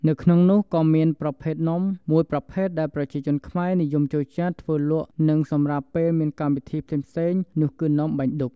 នៅក្នុងនោះក៏មានប្រភេទនំមួយប្រភេទដែលប្រជាជនខ្មែរនិយមចូលចិត្តធ្វើលក់និងសម្រាប់ពេលមានកម្មវិធីផ្សេងៗនោះ គឺនំបាញ់ឌុក។